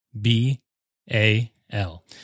B-A-L